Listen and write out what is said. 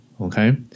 Okay